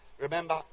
remember